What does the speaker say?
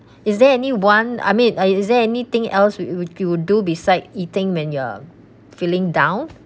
is there anyone I mean uh is there anything else you would you would do beside eating when you're feeling down